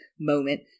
moment